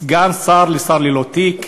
סגן שר לשר ללא תיק,